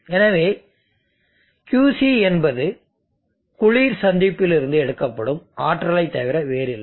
எனவே Qc என்பது குளிர் சந்திப்பிலிருந்து எடுக்கப்படும் ஆற்றலைத் தவிர வேறில்லை